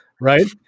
right